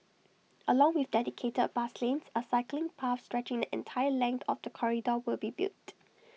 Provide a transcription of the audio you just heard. along with dedicated bus lanes A cycling path stretching the entire length of the corridor will be built